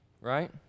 right